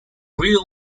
real